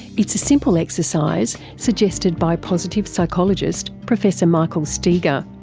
it's a simple exercise suggested by positive psychologist, professor michael steger.